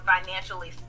financially